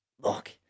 look